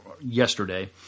yesterday